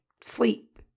sleep